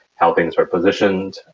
how things are positioned?